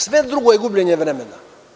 Sve drugo je gubljenje vremena.